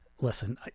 Listen